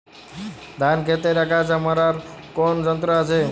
ধান ক্ষেতের আগাছা মারার কোন যন্ত্র আছে?